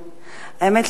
האמת,